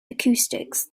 acoustics